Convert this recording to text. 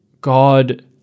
God